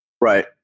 Right